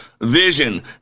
vision